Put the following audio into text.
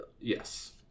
Yes